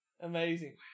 Amazing